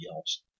else